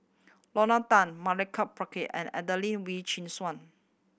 Lorna Tan Milenko Prvacki and Adelene Wee Chin Suan